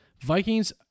Vikings